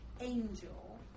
angel